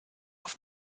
auf